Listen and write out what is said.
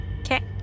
Okay